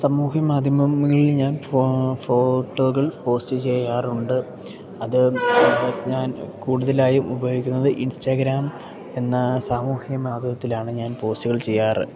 സാമൂഹ്യ മാധ്യമങ്ങളിൽ ഞാൻ ഫ ഫോട്ടോകൾ പോസ്റ്റ് ചെയ്യാറുണ്ട് അത് ഞാൻ കൂടുതലായും ഉപയോഗിക്കുന്നത് ഇൻസ്റ്റാഗ്രാം എന്ന സാമൂഹ്യ മാധ്യമത്തിലാണ് ഞാൻ പോസ്റ്റുകൾ ചെയ്യാറ്